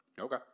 Okay